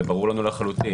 זה ברור לנו לחלוטין.